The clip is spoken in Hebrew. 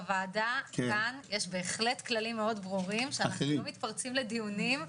בוועדה כאן יש כללים שאנחנו לא מתפרצים לדיונים.